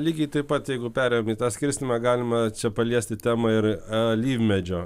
lygiai taip pat jeigu perėjom į tą skirstymą galima čia paliesti temą ir alyvmedžio